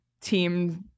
team